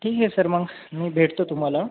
ठीक आहे सर मग मी भेटतो तुम्हाला